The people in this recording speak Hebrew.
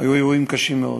היו אירועים קשים מאוד.